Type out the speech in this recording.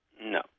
No